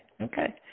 okay